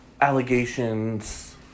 allegations